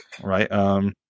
right